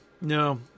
no